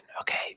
okay